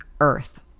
earth